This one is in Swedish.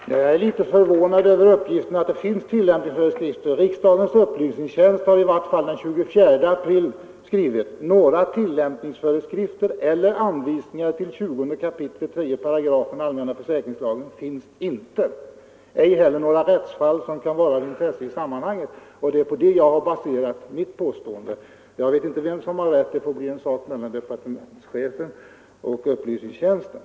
Herr talman! Jag är litet förvånad över uppgiften att det finns tillämpningsföreskrifter. Riksdagens upplysningstjänst har i vart fall den 24 april skrivit: ”Några tillämpningsföreskrifter eller anvisningar till 20 kap. 3 8 AFL finns inte, ej heller några rättsfall som kan vara av intresse i sammanhanget.” På detta uttalande har jag baserat mitt påstående. Jag vet inte vem som har rätt. Det får bli en sak mellan departementschefen och upplysningstjänsten.